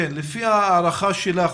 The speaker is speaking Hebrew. לפי הערכה שלך,